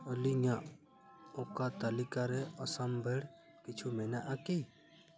ᱟᱞᱤᱝᱧᱟᱜ ᱚᱠᱟ ᱛᱟᱞᱤᱠᱟ ᱨᱮ ᱟᱥᱟᱢᱵᱷᱮᱲ ᱠᱤᱪᱷᱩ ᱢᱮᱱᱟᱜᱼᱟ ᱠᱤ